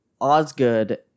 Osgood